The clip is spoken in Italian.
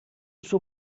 suo